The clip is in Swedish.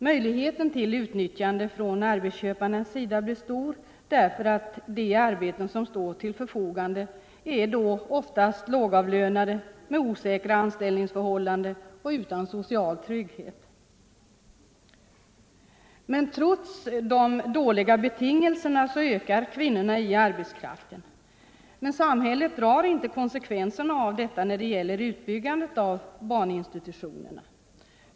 Möjligheten till utnyttjande från arbetsköparsidan blir stor därför att de arbeten som står till förfogande oftast är lågavlönade med osäkra anställningsförhållanden och utan social trygghet. Men trots de dåliga betingelserna ökar kvinnorna i arbetskraften. Samhället drar emellertid inte konsekvenserna av detta när det gäller utbyggandet av barninstitutionerna.